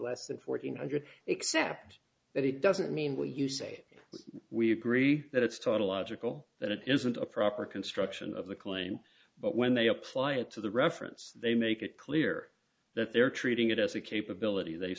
less than fourteen hundred except that it doesn't mean when you say we agree that it's tautological that it isn't a proper construction of the claim but when they apply it to the reference they make it clear that they're treating it as a capability they